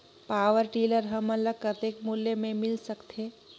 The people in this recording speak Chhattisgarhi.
पावरटीलर हमन ल कतेक मूल्य मे मिल सकथे?